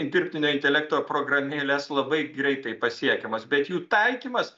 dirbtinio intelekto programėles labai greitai pasiekiamos bet jų taikymas